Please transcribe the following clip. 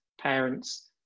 Parents